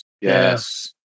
yes